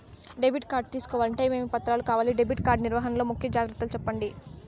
Debit card తీసుకోవాలంటే ఏమేమి పత్రాలు కావాలి? డెబిట్ కార్డు నిర్వహణ లో ముఖ్య జాగ్రత్తలు సెప్పండి?